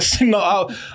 No